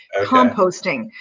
composting